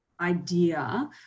idea